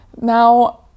now